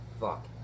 Fuck